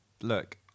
Look